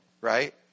Right